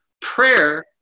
Prayer